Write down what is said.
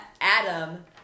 Adam